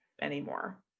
anymore